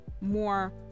more